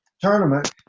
tournament